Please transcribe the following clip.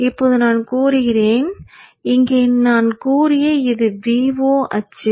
இப்போது நான் கூறுகிறேன் இங்கே நான் கூறிய இது Vo அச்சு